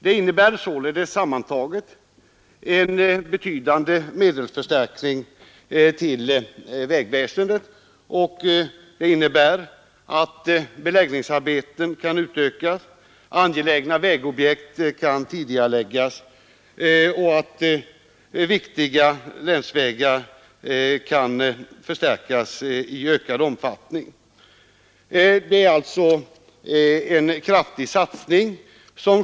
Sammantaget är det således fråga om en avsevärd medelsförstärkning till vägväsendet, och det betyder att beläggningsarbetena kan utökas, att angelägna vägobjekt kan tidigareläggas och att viktiga länsvägar kan förstärkas i större omfattning än tidigare.